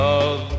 Love